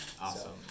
Awesome